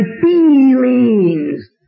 feelings